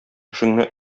эшеңне